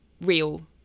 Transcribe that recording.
real